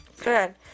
Good